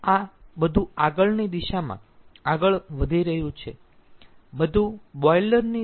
આ બધું આગળની દિશામાં આગળ વધી રહ્યું છે બધું બોઇલરની દિશામાં આગળ વધી રહ્યું છે